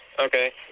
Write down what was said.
Okay